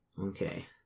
Okay